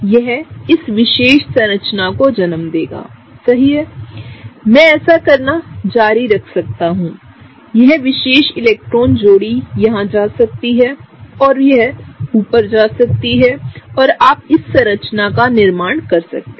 यहइस विशेष संरचना को जन्म देगा सहीमैं ऐसा करना जारी रख सकता हूंयह विशेष इलेक्ट्रॉन जोड़ी यहां जा सकती है और वह ऊपर जा सकती है और आप इस संरचना का निर्माण कर सकते हैं